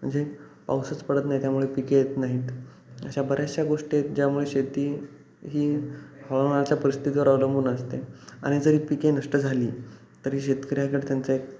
म्हणजे पाऊसच पडत नाही त्यामुळे पिके येत नाहीत अशा बऱ्याचशा गोष्टी आहेत ज्यामुळे शेती ही हवामानाच्या परिस्थितीवर अवलंबून असते आणि जरी पिके नष्ट झाली तरी शेतकऱ्याकडे त्यांचं एक